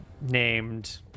named